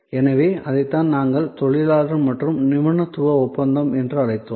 எனவே அதைத்தான் நாங்கள் தொழிலாளர் மற்றும் நிபுணத்துவ ஒப்பந்தம் என்று அழைத்தோம்